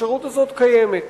האפשרות הזאת קיימת.